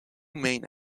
main